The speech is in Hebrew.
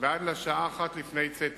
ועד לשעה אחת לפני צאת